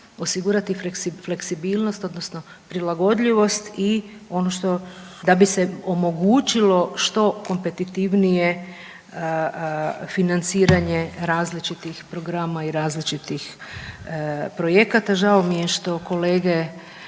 osigurati fleksibilnost odnosno prilagodljivost da bi se omogućilo što kompetitivnije financiranje različitih programa i različitih projekata. Žao mi je što kolege